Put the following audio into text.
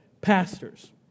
pastors